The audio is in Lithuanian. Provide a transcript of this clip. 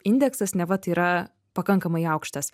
indeksas neva tai yra pakankamai aukštas